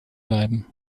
bleiben